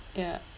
ya